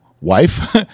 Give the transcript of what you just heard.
wife